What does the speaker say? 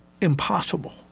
impossible